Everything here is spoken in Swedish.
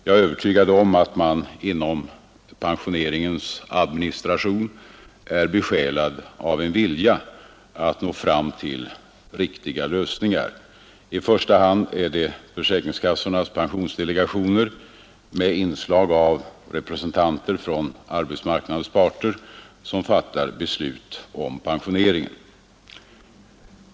Jag är övertygad om att man inom pensioneringens administration är besjälad av en vilja att nå fram till riktiga lösningar. I första hand är det försäkringskassornas pensionsdelegationer med inslag av representanter från arbetsmarknadens parter som fattar beslut om pensioneringen.